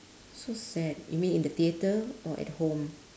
so sad you mean in the theater or at home